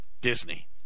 disney